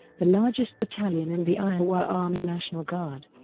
the largest battalion in the iowa army national guard.